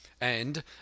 And